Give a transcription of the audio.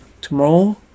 Tomorrow